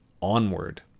Onward